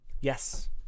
Yes